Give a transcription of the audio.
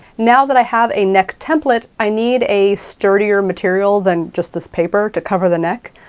now that i have a neck template, i need a sturdier material than just this paper to cover the neck.